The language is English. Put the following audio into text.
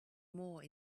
more